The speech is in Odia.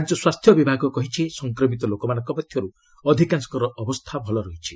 ରାଜ୍ୟ ସ୍ୱାସ୍ଥ୍ୟ ବିଭାଗ କହିଛି ସଂକ୍ରମିତ ଲୋକମାନଙ୍କ ମଧ୍ୟରୁ ଅଧିକାଂଶଙ୍କର ଅବସ୍ଥା ଭଲ ରହିଛି